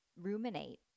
ruminate